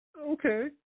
Okay